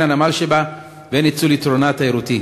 הן הנמל שבה והן ניצול יתרונה התיירותי.